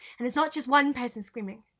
and it's ah just one person screaming.